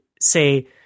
say